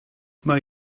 mae